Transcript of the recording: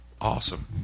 Awesome